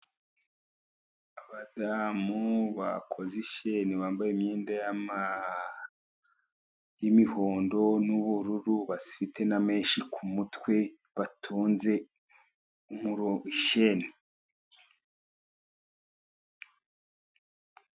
Abadamu bakoze ishene, bambaye imyenda y'imihondo n'ubururu, bafite na menshi ku kumutwe batonze ishene.